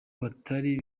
batari